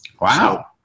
Wow